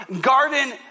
garden